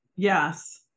Yes